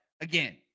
again